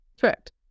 Correct